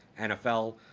NFL